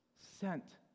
sent